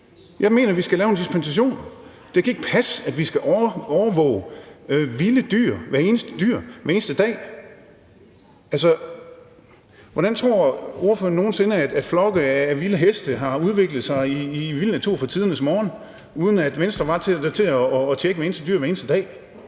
Jeg mener, at vi skal lave en dispensation. Det kan ikke passe, at vi skal overvåge vilde dyr – at vi skal overvåge hvert eneste dyr hver eneste dag. Altså, hvordan tror ordføreren nogen sinde at flokke af vilde heste har udviklet sig i vild natur fra tidernes morgen, uden at Venstre har været der til at tjekke hvert eneste dyr hver eneste dag?